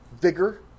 vigor